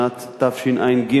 שנת תשע"ג,